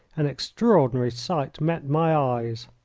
an extraordinary sight met my eyes.